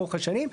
לאורך השנים.